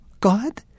God